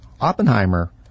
Oppenheimer